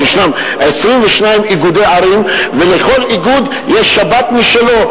שיש 22 איגודי ערים ולכל איגוד יש שבת משלו.